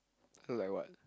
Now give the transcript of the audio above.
oh like what